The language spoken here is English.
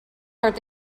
are